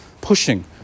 pushing